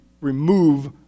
remove